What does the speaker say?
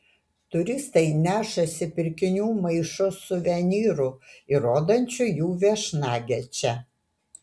turistai nešasi pirkinių maišus suvenyrų įrodančių jų viešnagę čia